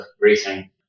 racing